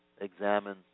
examine